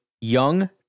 young